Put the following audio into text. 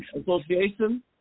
Association